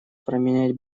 променять